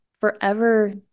forever